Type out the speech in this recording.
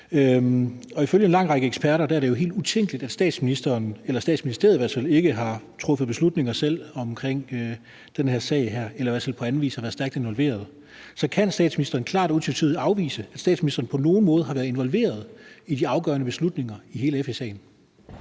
Ifølge en lang række eksperter er det jo helt utænkeligt, at statsministeren eller i hvert fald Statsministeriet ikke har truffet beslutninger selv omkring den her sag eller på anden vis har været stærkt involveret. Så kan statsministeren klart og utvetydigt afvise, at statsministeren på nogen måde har været involveret i de afgørende beslutninger i hele FE-sagen?